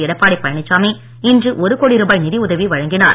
எடப்பாடி பழனிசாமி இன்று ஒரு கோடி ரூபாய் நிதியுதவி வழங்கினார்